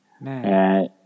Man